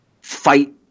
fight